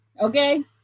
okay